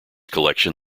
collection